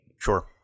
Sure